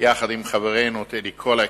יחד עם חברנו טדי קולק,